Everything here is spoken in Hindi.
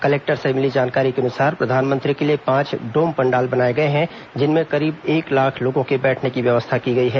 कलेक्टर से मिली जानकारी के अनुसार प्रधानमंत्री के लिए पांच डोम पंडाल बनाए गए हैं जिसमें करीब एक लाख लोगों के बैठने की व्यवस्था की गई है